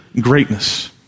greatness